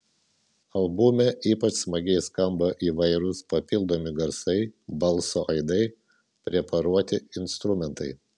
albume ypač smagiai skamba įvairūs papildomi garsai balso aidai preparuoti instrumentai